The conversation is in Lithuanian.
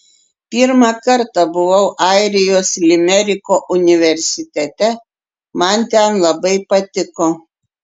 pirmą kartą buvau airijos limeriko universitete man ten labai patiko